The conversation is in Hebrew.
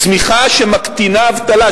צמיחה שמקטינה אבטלה,